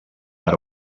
per